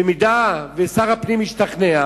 במידה ששר הפנים ישתכנע,